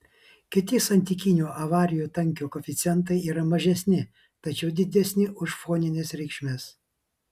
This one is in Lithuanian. kiti santykinio avarijų tankio koeficientai yra mažesni tačiau didesni už fonines reikšmes